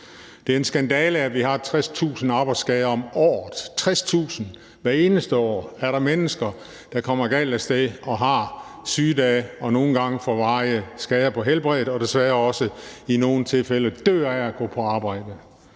Det er en skandale, at vi har 60.000 arbejdsskader om året – 60.000. Hvert eneste år er der mennesker, der kommer galt af sted og har sygedage, nogle gange får varige skader på helbredet og desværre også i nogle tilfælde dør af at gå på arbejde.